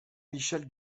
michel